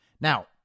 Now